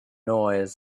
noise